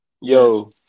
yo